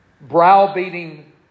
browbeating